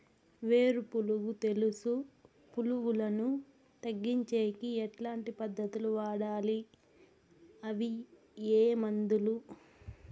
వేరు పులుగు తెలుసు పులుగులను తగ్గించేకి ఎట్లాంటి పద్ధతులు వాడాలి? అవి ఏ మందులు?